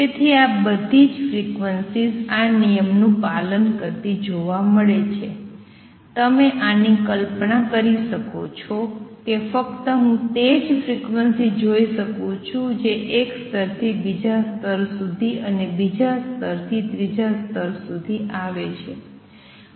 તેથી બધી ફ્રીક્વન્સીઝ આ નિયમનું પાલન કરતી જોવા મળે છે તમે આની કલ્પના કરી શકો છો કે ફક્ત હું તે જ ફ્રીક્વન્સીઝ જોઉં છું જે એક સ્તર થી બીજા સ્તર સુધી અને બીજા સ્તરથી ત્રીજા સ્તર સુધી આવે છે